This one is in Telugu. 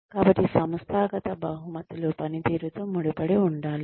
కాబట్టి సంస్థాగత బహుమతులు పనితీరుతో ముడిపడి ఉండాలి